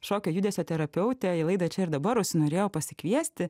šokio judesio terapeutę į laidą čia ir dabar užsinorėjau pasikviesti